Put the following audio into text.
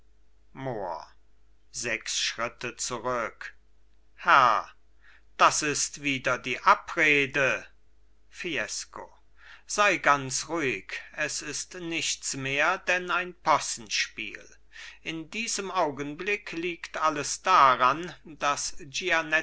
sechs schritte zurück herr das ist wider die abrede fiesco sei ganz ruhig es ist nichts mehr denn ein possenspiel in diesem augenblick liegt alles daran daß